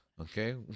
okay